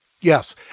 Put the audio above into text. Yes